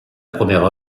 première